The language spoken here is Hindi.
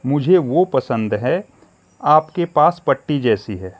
मुझे वह पसंद है आप के पास पट्टी जैसी है